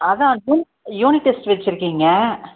அதான் unit unit test வெச்சிருக்கீங்க